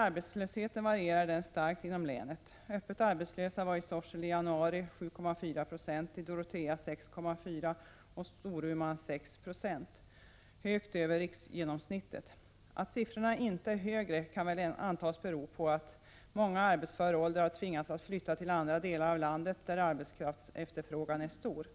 Arbetslösheten varierar starkt inom länet. I januari var andelen öppet arbetslösa i Sorsele 7,4 Z0,i Dorotea 6,4 960 och i Storuman 6,0 0 — högt över riksgenomsnittet. Att sifforna inte är högre kan väl antas bero på att många i arbetsför ålder har tvingats att flytta till andra delar av landet där efterfrågan på arbetskraft är stor.